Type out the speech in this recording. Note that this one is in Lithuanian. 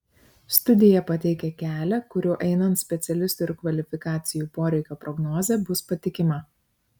studija pateikia kelią kuriuo einant specialistų ir kvalifikacijų poreikio prognozė bus patikima